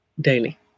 daily